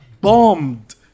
bombed